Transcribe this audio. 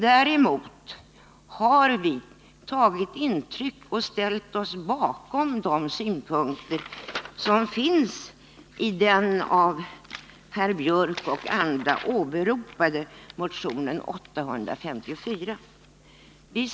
Däremot har vi tagit intryck av och ställt oss bakom de synpunkter som finns i den av herr Biörck och andra åberopade motionen 854.